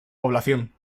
población